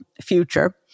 future